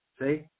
See